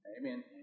Amen